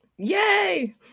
Yay